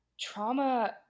trauma